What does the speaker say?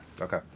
Okay